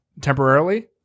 temporarily